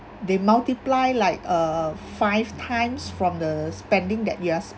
they multiply like err five times from the spending that yes